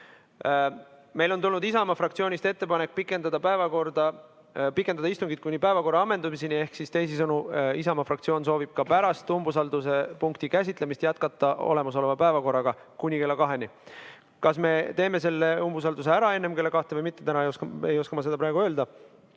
Meile on tulnud Isamaa fraktsioonist ettepanek pikendada istungit kuni päevakorra ammendumiseni, teisisõnu, Isamaa fraktsioon soovib ka pärast umbusaldamise punkti käsitlemist jätkata olemasoleva päevakorraga kuni kella kaheni. Kas me teeme selle umbusaldamise ära enne kella kahte või mitte, ei oska ma praegu öelda.